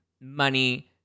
money